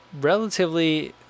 relatively